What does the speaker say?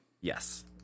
Yes